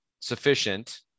sufficient